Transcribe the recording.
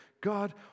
God